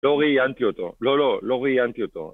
לא ראיינתי אותו, לא לא, לא ראיינתי אותו